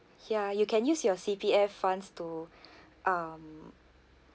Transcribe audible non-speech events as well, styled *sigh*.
ya you can use your C_P_F funds to *breath* um